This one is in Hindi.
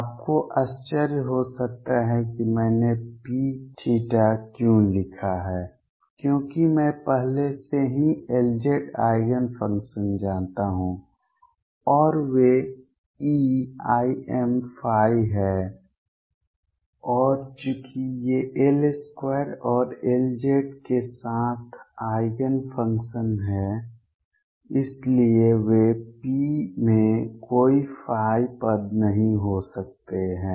आपको आश्चर्य हो सकता है कि मैंने Pθ क्यों लिखा है क्योंकि मैं पहले से ही Lz आइगेन फंक्शन जानता हूं और वे eimϕ हैं और चूंकि ये L2 और Lz के एक साथ आइगेन फंक्शन्स हैं इसलिए वे P में कोई पद नहीं हो सकते हैं